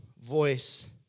voice